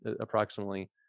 approximately